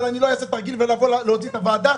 אבל אני לא אעשה תרגיל ואוציא את הוועדה